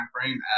frame